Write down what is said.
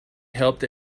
helped